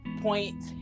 point